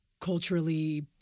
culturally